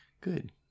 Good